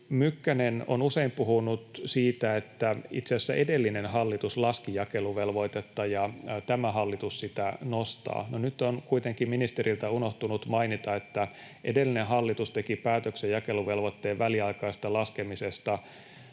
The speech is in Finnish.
Mykkänen on usein puhunut siitä, että itse asiassa edellinen hallitus laski jakeluvelvoitetta ja tämä hallitus sitä nostaa. No nyt on kuitenkin ministeriltä unohtunut mainita, että edellinen hallitus teki päätöksen jakeluvelvoitteen väliaikaisesta laskemisesta